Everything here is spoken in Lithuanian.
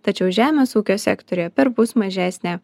tačiau žemės ūkio sektoriuje perpus mažesnė